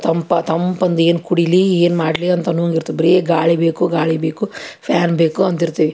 ತಂಪ ತಂಪಂದು ಏನು ಕುಡಿಯಲಿ ಏನು ಮಾಡಲಿ ಅಂತನ್ನು ಇರ್ತೆ ಬರೀ ಗಾಳಿ ಬೇಕು ಗಾಳಿ ಬೇಕು ಫ್ಯಾನ್ ಬೇಕು ಅಂತಿರ್ತೀವಿ